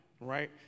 right